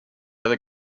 other